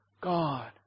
God